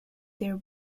their